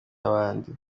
n’abandi